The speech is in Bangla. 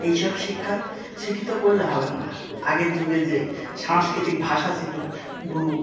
এই সব শিক্ষায় শিক্ষিত করলে হবে না আগের যুগে যে সাংস্কৃতিক ভাষা ছিলো গুরু